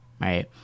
Right